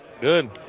Good